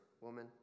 Woman